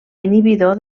inhibidor